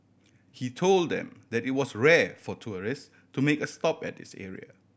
he told them that it was rare for tourist to make a stop at this area